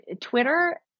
Twitter